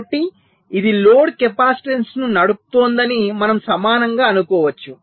కాబట్టి ఇది లోడ్ కెపాసిటెన్స్ను నడుపుతోందని మనం సమానంగా అనుకోవచ్చు